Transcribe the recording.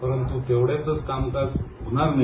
परंतु तेवढ्यातच कामकाज होणार नाही